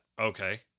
Okay